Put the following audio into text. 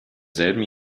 selben